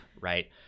right